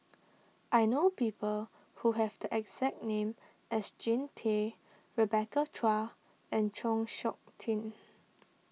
I know people who have the exact name as Jean Tay Rebecca Chua and Chng Seok Tin